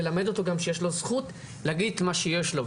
ללמד אותו גם שיש לו זכות להגיד מה שיש לו.